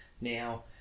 Now